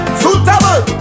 suitable